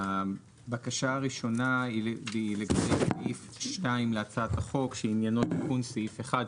הבקשה הראשונה היא לגבי סעיף 2 להצעת החוק שעניינו תיקון סעיף 1,